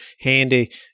handy